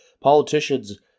politicians